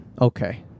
Okay